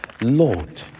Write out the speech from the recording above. Lord